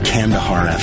Kandahar